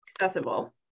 accessible